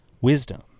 Wisdom